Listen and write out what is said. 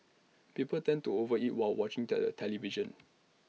people tend to over eat while watching tele television